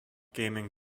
gaming